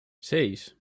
seis